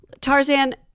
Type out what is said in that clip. Tarzan